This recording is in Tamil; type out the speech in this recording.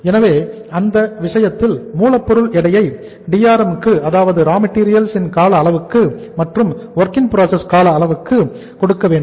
எனவே அந்த விஷயத்தில் அதே மூலப்பொருள் எடையை Drm க்கு அதாவது ரா மெட்டீரியல் ன் கால அளவுக்கு கொடுக்க வேண்டும்